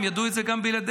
הם ידעו את זה גם בלעדיך,